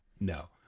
No